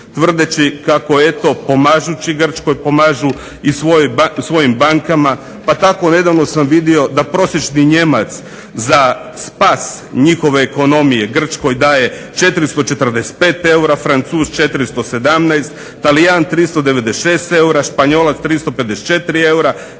tvrdeći kako pomažući Grčkoj pomažu i svojim bankama, pa tako nedavno sam vidio da prosječni Nijemac za spas njihove ekonomije Grčkoj daje 445 eura, Francuz 417, Talijan 396 eura, Španjolac 354 eura,